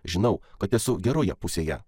žinau kad esu geroje pusėje